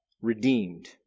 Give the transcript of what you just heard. redeemed